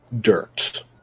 dirt